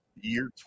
Year